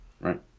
Right